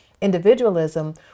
individualism